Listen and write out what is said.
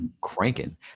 cranking